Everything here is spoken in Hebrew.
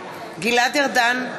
גלעד ארדן,